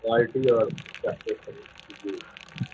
quality اور جی